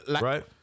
right